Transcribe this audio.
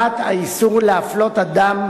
אפשרות להודעת סיכום,